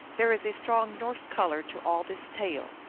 there is a strong norse color to all this tale.